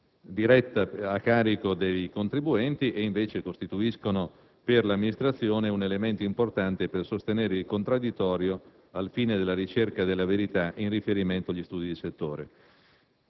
diretta a carico dei contribuenti, mentre costituiscono per l'amministrazione un elemento importante per sostenere il contraddittorio al fine della ricerca della verità in riferimento agli studi di settore.